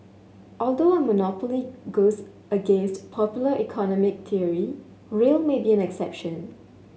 although a monopoly goes against popular economic theory rail may be an exception